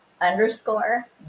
underscore